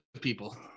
people